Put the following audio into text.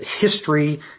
history